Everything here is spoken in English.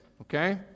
Okay